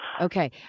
Okay